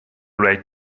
right